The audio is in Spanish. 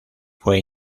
fue